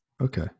Okay